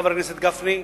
חבר הכנסת גפני,